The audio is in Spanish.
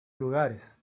lugares